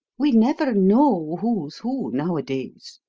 we never know who's who nowadays,